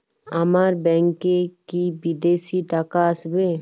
আমার ব্যংকে কি বিদেশি টাকা আসবে?